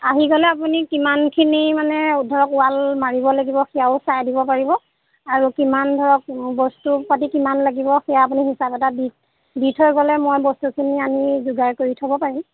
আহি গ'লে আপুনি কিমানখিনি মানে ধৰক ৱাল মাৰিব লাগিব সেয়াও চাই দিব পাৰিব আৰু কিমান ধৰক বস্তু পাতি কিমান লাগিব সেয়া আপুনি হিচাপ এটা দি দি থৈ গ'লে মই বস্তুখিনি আনি যোগাৰ কৰি থ'ব পাৰিম